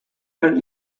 and